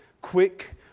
quick